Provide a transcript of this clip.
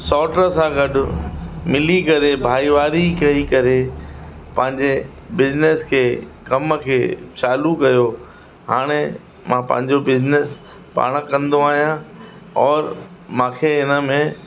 सोट सां गॾु मिली करे भाईवारी कई करे पंहिंजे बिजनिस खे कम खे चालू कयो हाणे मां पंहिंजो बिजनिस पाण कंदो आहियां और मूंखे हिनमें